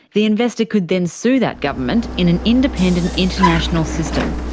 the investor could then sue that government in an independent international system,